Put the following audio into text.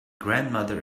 grandmother